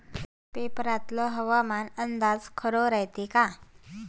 पेपरातला हवामान अंदाज खरा रायते का?